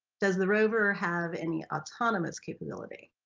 does the rover have any autonomous capability?